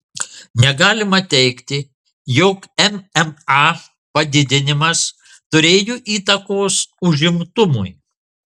negalima teigti jog mma padidinimas turėjo įtakos užimtumui